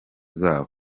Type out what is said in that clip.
zabo